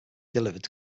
delivered